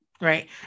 right